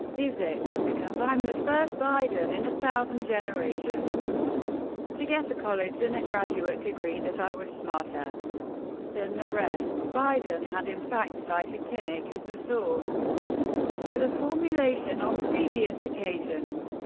is it, because i'm the first biden in a thousand generations to get a college and a graduate degree that i was smarter than the rest? biden had in fact cited kinnock as the source for the formulation on previous occasions.